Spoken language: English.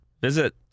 Visit